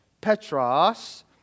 Petros